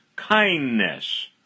kindness